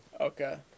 Okay